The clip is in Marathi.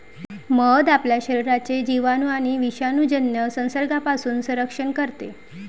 मध आपल्या शरीराचे जिवाणू आणि विषाणूजन्य संसर्गापासून संरक्षण करते